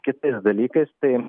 kitais dalykais tai